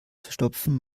verstopfen